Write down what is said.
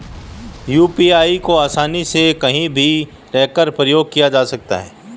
UPI को आसानी से कहीं भी रहकर प्रयोग किया जा सकता है